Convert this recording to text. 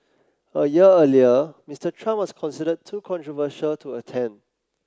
a year earlier Mister Trump was considered too controversial to attend